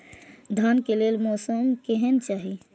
धान के लेल मौसम केहन चाहि?